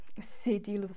city